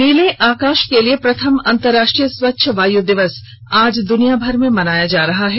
नीले आकाश के लिए प्रथम अंतर्राष्ट्रीय स्वच्छ वायु दिवस आज द्रनियाभर में मनाया जा रहा है